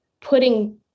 putting